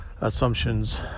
assumptions